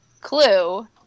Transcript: clue